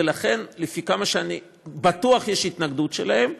ולכן בטוח יש התנגדות שלהם,